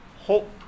hope